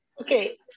Okay